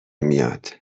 میاد